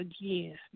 again